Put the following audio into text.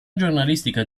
giornalistica